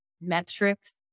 metrics